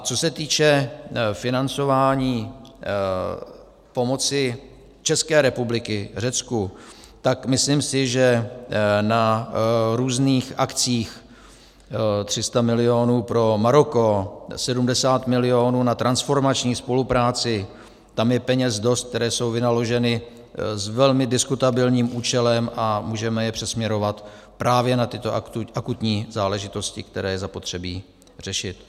Co se týče financování pomoci České republiky Řecku, myslím si, že na různých akcích, 300 milionů pro Maroko, 70 milionů na transformační spolupráci, tam je peněz dost, které jsou vynaloženy s velmi diskutabilními účelem, a můžeme je přesměrovat právě na tyto akutní záležitosti, které je zapotřebí řešit.